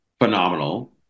phenomenal